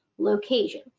location